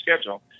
schedule